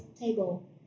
table